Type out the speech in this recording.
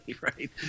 right